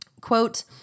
quote